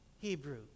Hebrew